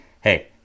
hey